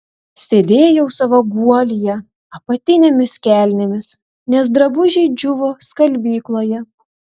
sėdėjau savo guolyje apatinėmis kelnėmis nes drabužiai džiūvo skalbykloje